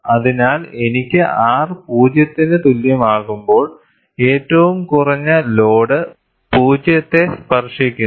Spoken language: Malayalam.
അതിനാൽ എനിക്ക് R 0 ന് തുല്യമാകുമ്പോൾ ഏറ്റവും കുറഞ്ഞ ലോഡ് 0 നെ സ്പർശിക്കുന്നു